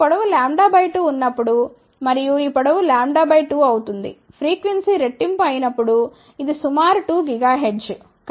ఈ పొడవు λ 2 ఉన్నప్పుడు మరియు ఈ పొడవు λ బై 2 అవుతుంది ఫ్రీక్వెన్సీ రెట్టింపు అయినప్పుడు ఇది సుమారు 2 GHz